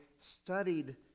studied